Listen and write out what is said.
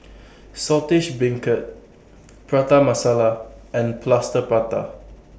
Saltish Beancurd Prata Masala and Plaster Prata